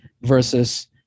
versus